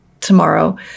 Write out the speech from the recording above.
tomorrow